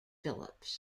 phillips